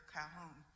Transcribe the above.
Calhoun